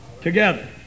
together